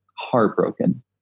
heartbroken